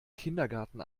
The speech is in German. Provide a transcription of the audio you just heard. kindergarten